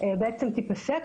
בעצם תיפסק,